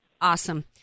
Awesome